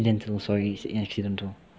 okay I'm sorry it's accidental